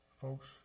Folks